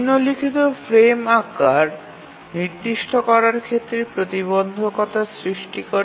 নিম্নলিখিত ফ্রেম আকার নির্দিষ্ট করার ক্ষেত্রে প্রতিবন্ধকতা সৃষ্টি করে